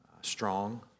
strong